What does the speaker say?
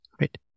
right